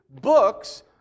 books